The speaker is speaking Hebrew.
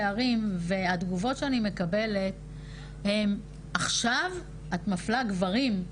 לצמצם פערים התגובות שאני מקבלת הן עכשיו את מפלה גברים.